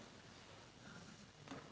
Hvala